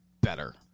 better